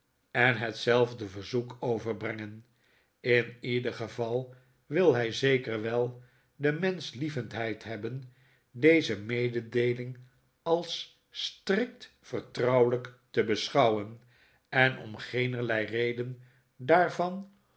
en hetzelfde verzoek overbrengen in ieder geval wil hij zeker wel de menschlievendheid hebben deze m ededeeling als strikt vertrouwelijk te beschouwen en om g eenerlei reden daarvan